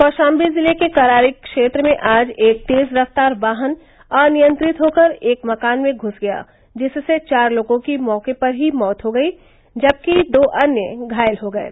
कौशाम्बी जिले के करारी क्षेत्र में आज एक तेज रफ्तार वाहन अनियंत्रित होकर एक मकान में घुस गया जिससे चार लोगों की मौके पर ही मैत हो गयी जबकि दो अन्य घायल हो गये